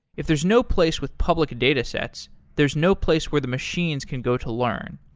if there's no place with public datasets, there's no place where the machines can go to learn.